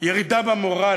ירידה במורל,